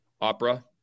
Opera